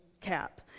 cap